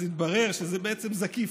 אז התברר שזה בעצם זקיף.